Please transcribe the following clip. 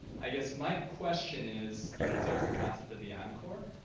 i guess my question is, you know it's always the concept of the encore,